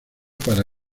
para